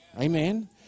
amen